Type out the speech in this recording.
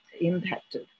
impacted